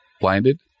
blinded